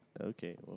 Okay